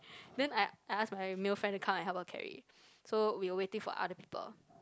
then I I ask my male friend to come and help her carry so we were waiting for other people